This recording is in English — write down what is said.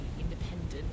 independent